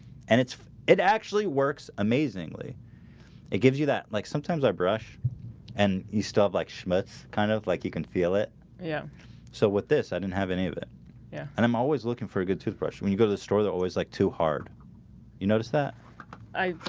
and it's it actually works amazingly it gives you that like sometimes i brush and you stuff like schmutz kind of like you can feel it yeah so with this i didn't have any yeah, and i'm always looking for a good toothbrush when you go to the store they're always like too hard you notice that i?